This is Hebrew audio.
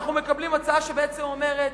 אנחנו מקבלים הצעה שבעצם אומרת,